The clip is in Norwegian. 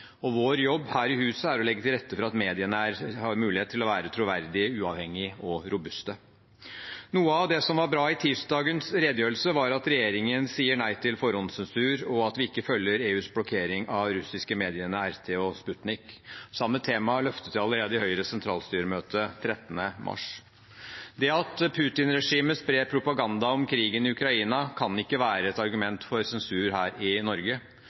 og for demokrati. Vår jobb her i huset er å legge til rette for at mediene har mulighet til å være troverdige, uavhengige og robuste. Noe av det som var bra i tirsdagens redegjørelse, var at regjeringen sier nei til forhåndssensur, og at vi ikke følger EUs blokkering av de russiske mediene RT og Sputnik. Samme tema løftet jeg allerede i Høyres sentralstyremøte 13. mars. Det at Putin-regimet sprer propaganda om krigen i Ukraina, kan ikke være et argument for sensur her i Norge.